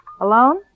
Alone